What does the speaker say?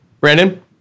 Brandon